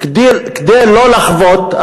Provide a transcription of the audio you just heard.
כדי לא לחוות,